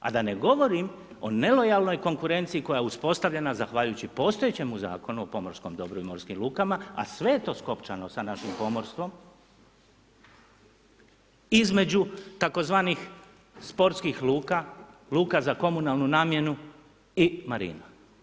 A da ne govorim o nelojalnoj konkurenciji koja je uspostavljena zahvaljujući postojećem zakonu o pomorskom dobru i morskim lukama, a sve je to skopčano sa našim pomorstvom, između tzv. sportskih luka, luka za komunalnu namjenu i marina.